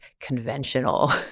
conventional